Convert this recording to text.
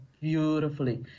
beautifully